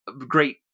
great